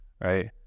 right